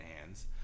hands